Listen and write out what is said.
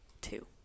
Two